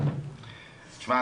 תשמע,